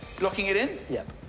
locking it in? yeah.